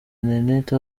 interineti